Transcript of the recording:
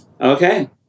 Okay